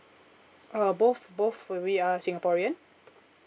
uh both both we are a singaporean